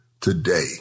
today